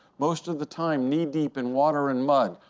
most of the time knee deep in water and mud.